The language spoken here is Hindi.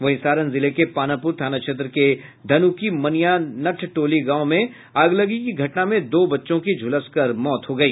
वहीं सारण जिले के पानापुर थाना क्षेत्र के धनुकी मनिया नटटोली गांव में अगलगी की घटना में दो बच्चों की झुलस कर मौत हो गई